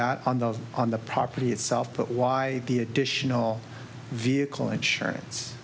that on the on the property itself but why the additional vehicle insurance